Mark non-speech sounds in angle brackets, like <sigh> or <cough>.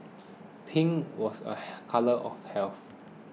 pink was a <hesitation> colour of health